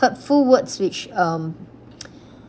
hurtful words which um